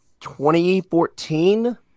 2014